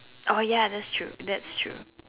oh ya that's true that's true